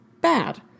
bad